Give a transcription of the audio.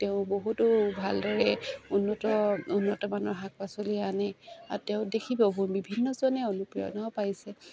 তেওঁ বহুতো ভালদৰে উন্নত উন্নতমানৰ শাক পাচলি আনে আৰু তেওঁ বিভিন্নজনে অনুপ্ৰেৰণাও পাইছে